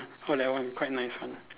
!wah! that one quite nice one